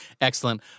Excellent